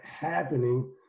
happening